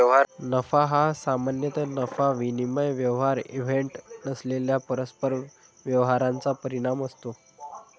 नफा हा सामान्यतः नफा विनिमय व्यवहार इव्हेंट नसलेल्या परस्पर व्यवहारांचा परिणाम असतो